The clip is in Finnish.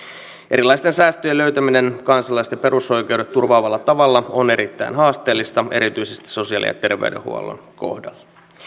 erilaisten säästöjen löytäminen kansalaisten perusoikeudet turvaavalla tavalla on erittäin haasteellista erityisesti sosiaali ja terveydenhuollon kohdalla